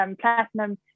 platinum